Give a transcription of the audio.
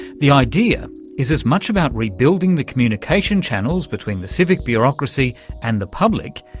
the idea is as much about rebuilding the communication channels between the civic bureaucracy and the public,